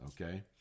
Okay